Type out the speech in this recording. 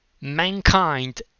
mankind